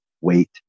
Wait